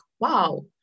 wow